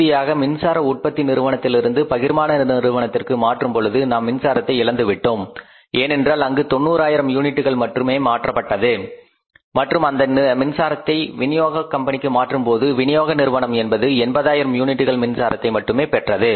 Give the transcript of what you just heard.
இறுதியாக மின்சார உற்பத்தி நிறுவனத்திலிருந்து பகிர்மான நிறுவனத்திற்கு மாற்றும் பொழுது நாம் மின்சாரத்தை இழந்துவிட்டோம் ஏனென்றால் அங்கு 90 ஆயிரம் யூனிட்டுகள் மட்டுமே மாற்றப்பட்டது மற்றும் அந்த மின்சாரத்தை வினியோக கம்பெனிக்கு மாற்றும்போது விநியோக நிறுவனம் என்பது எண்பதாயிரம் யூனிட்டுகள் மின்சாரத்தை மட்டுமே பெற்றது